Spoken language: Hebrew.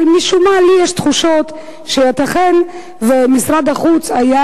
אבל משום מה לי יש תחושות שייתכן שאם משרד החוץ היה